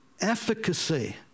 efficacy